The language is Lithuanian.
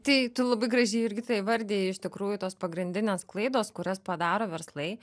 tai tu labai gražiai irgi tą įvardijai iš tikrųjų tos pagrindinės klaidos kurias padaro verslai